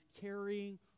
carrying